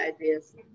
ideas